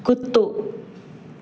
कुतो